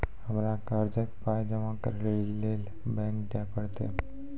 हमरा कर्जक पाय जमा करै लेली लेल बैंक जाए परतै?